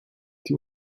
die